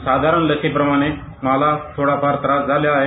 साधारण लसीप्रमाणे मला थोडाफार त्रास झालेला आहे